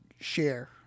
share